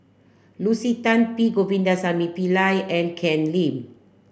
Lucy Tan P Govindasamy Pillai and Ken Lim